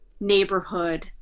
neighborhood